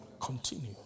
Continue